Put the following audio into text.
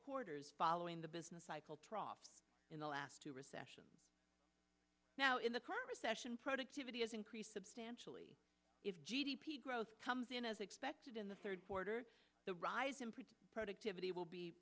quarters following the business cycle trough in the last two recessions now in the current recession productivity has increased substantially if g d p growth comes in as expected in the third quarter the rise in productivity will be